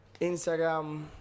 Instagram